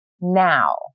now